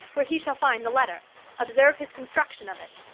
where he shall find the letter observe his construction of it.